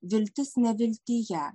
viltis neviltyje